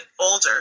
older